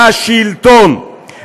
לשלטון,